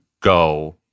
go